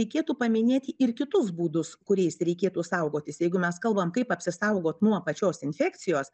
reikėtų paminėti ir kitus būdus kuriais reikėtų saugotis jeigu mes kalbam kaip apsisaugot nuo pačios infekcijos